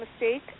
mistake